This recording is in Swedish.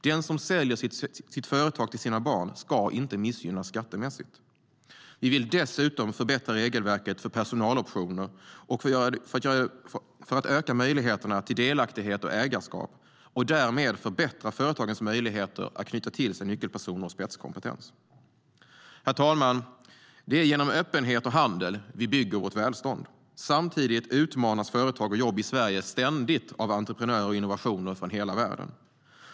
Den som säljer sitt företag till sina barn ska inte missgynnas skattemässigt. Vi vill dessutom förbättra regelverket för personaloptioner för att öka möjligheterna till delaktighet och ägarskap och därmed förbättra företagens möjligheter att knyta till sig nyckelpersoner och spetskompetens. Herr talman! Det är genom öppenhet och handel vi bygger vårt välstånd. Samtidigt utmanas företag och jobb i Sverige ständigt av entreprenörer och innovationer från hela världen.